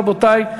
רבותי,